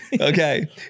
Okay